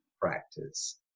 practice